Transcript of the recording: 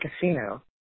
casino